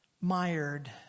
mired